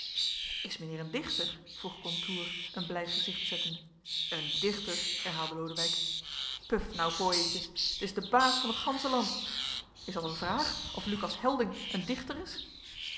is mijnheer een dichter vroeg contour een blij gezicht zettende een dichter herhaalde lodewijk puf nou poëetjes t is de baas van t gansche land is dat een vraag of lucas helding een dichter is